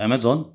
amazon